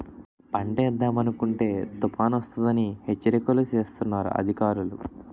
పంటేద్దామనుకుంటే తుపానొస్తదని హెచ్చరికలు సేస్తన్నారు అధికారులు